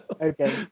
Okay